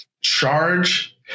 charge